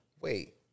Wait